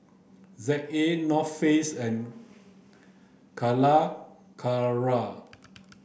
Z A North Face and Calacara